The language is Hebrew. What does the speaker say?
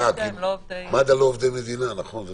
כי הם לא עובדי מדינה.